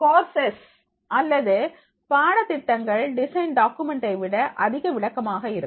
courses அல்லது பாடத்திட்டங்கள் design டாக்குமெண்டை விட அதிக விளக்கமாக இருக்கும்